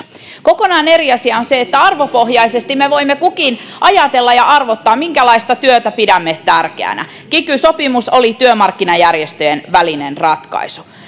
kokonaan eri asia on se että arvopohjaisesti me voimme kukin ajatella ja arvottaa minkälaista työtä pidämme tärkeänä kiky sopimus oli työmarkkinajärjestöjen välinen ratkaisu